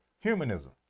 Humanism